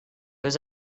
was